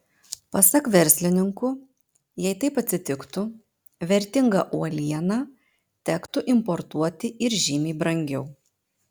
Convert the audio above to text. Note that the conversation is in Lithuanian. pasak verslininkų jei taip atsitiktų vertingą uolieną tektų importuoti ir žymiai brangiau